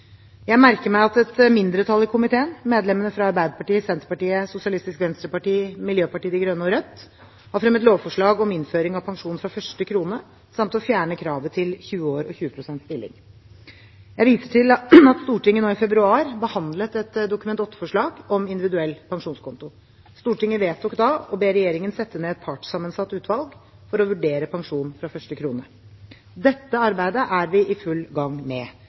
Jeg merker meg at et mindretall i komiteen, medlemmene fra Arbeiderpartiet, Senterpartiet, Sosialistisk Venstreparti, Miljøpartiet De Grønne og Rødt, har fremmet lovforslag om innføring av pensjon fra første krone samt å fjerne kravet til 20 år og 20 pst. stilling. Jeg viser til at Stortinget nå i februar behandlet et Dokument 8-forslag om individuell pensjonskonto. Stortinget vedtok da å be regjeringen sette ned et partssammensatt utvalg for å vurdere pensjon fra første krone. Dette arbeidet er vi i full gang med.